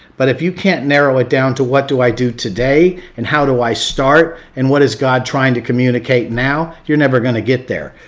but if you can't narrow it down to what do i do today and how do i start, and what is god trying to communicate now, you're never going to get there.